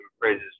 praises